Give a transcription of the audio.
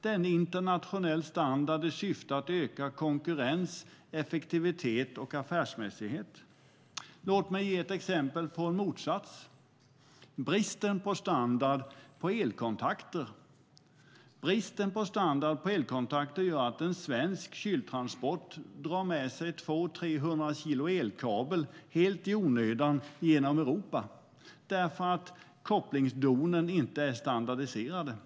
Det är en internationell standard i syfte att öka konkurrens, effektivitet och affärsmässighet. Låt mig ge ett exempel på motsatsen. Bristen på standard på elkontakter gör att en svensk kyltransport drar med sig 200-300 kilo elkabel genom Europa helt i onödan därför att kopplingsdonen inte är standardiserade.